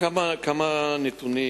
כמה נתונים,